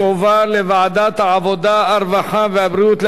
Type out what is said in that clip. הרווחה והבריאות להכנתה לקריאה שנייה ולקריאה שלישית.